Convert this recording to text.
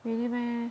really meh